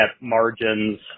margins